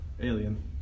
alien